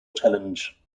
challenge